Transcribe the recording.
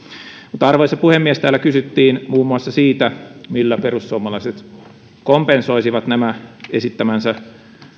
mutta arvoisa puhemies täällä kysyttiin muun muassa siitä millä perussuomalaiset kompensoisivat esittämänsä